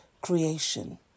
creation